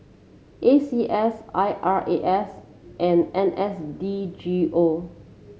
A C S I R A S and N S D G O